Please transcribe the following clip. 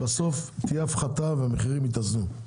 בסוף תהיה הפחתה והמחירים יתאזנו.